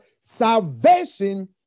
salvation